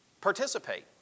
Participate